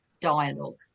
dialogue